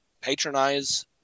patronize